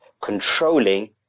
controlling